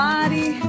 Body